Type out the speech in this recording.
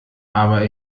aber